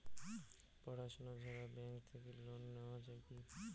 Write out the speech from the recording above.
পড়াশুনা ছাড়া ব্যাংক থাকি লোন নেওয়া যায় কি?